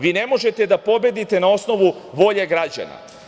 Vi ne možete da pobedite na osnovu volje građana.